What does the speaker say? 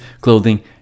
clothing